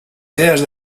idees